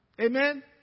Amen